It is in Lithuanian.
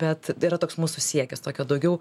bet tai yra toks mūsų siekis tokio daugiau